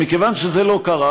מכיוון שזה לא קרה,